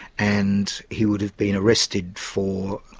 and he would have been arrested for,